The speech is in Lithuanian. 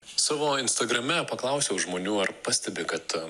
savo instagrame paklausiau žmonių ar pastebi kad